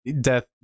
Death